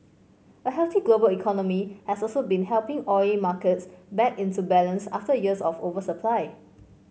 a healthy global economy has also been helping oil markets back into balance after years of oversupply